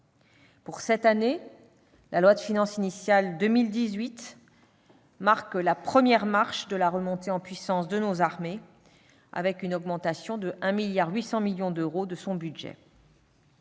Pour cette année, la loi de finances initiale pour 2018 marque la première marche de la remontée en puissance de nos armées, avec une augmentation de 1,8 milliard d'euros de son budget.